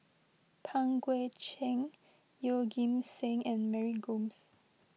Pang Guek Cheng Yeoh Ghim Seng and Mary Gomes